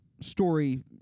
story